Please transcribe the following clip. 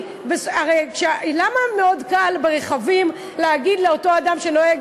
הרי למה מאוד קל ברכבים להגיד לאותו אדם שנוהג: